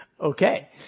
Okay